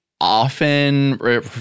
often